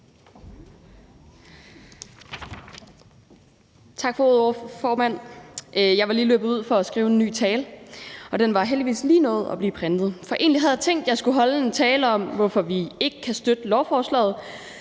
Tak for ordet, formand. Jeg var lige løbet ud for at udskrive en ny tale, og den nåede heldigvis lige at blive printet. For egentlig havde jeg tænkt, jeg skulle holde en tale om, hvorfor vi ikke kan støtte lovforslaget,